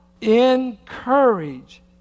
encourage